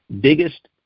biggest